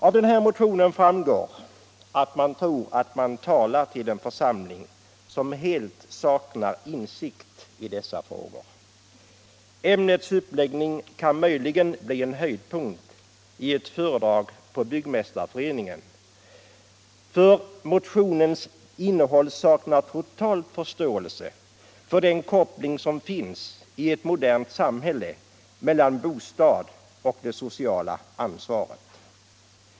Av motionen framgår att man tror sig tala till en församling som helt saknar insikt i dessa frågor. Ämnets uppläggning kan möjligen bli en höjdpunkt i ett föredrag på byggmästareföreningen, för motionen saknar totalt förståelse för den koppling som finns i ett modernt samhälle mellan bostad och socialt ansvar.